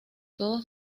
todos